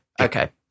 Okay